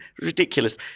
ridiculous